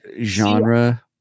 genre